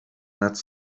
nad